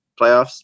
playoffs